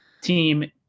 team